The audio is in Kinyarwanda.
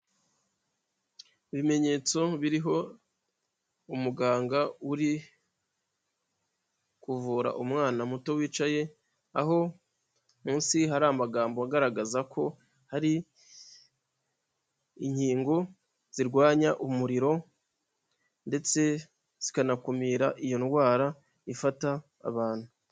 Ibimenyetso biriho umuganga uri kuvura umwana muto wicaye, aho munsi hari amagambo agaragaza ko hari inkingo zirwanya umuriro, ndetse zikanakumira iyo ndwara ifata abantu.